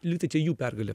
lygtai čia jų pergalė